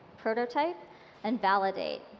prototype and validate.